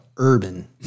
urban